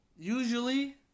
Usually